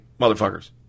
motherfuckers